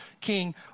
king